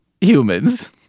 humans